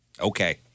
okay